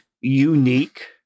unique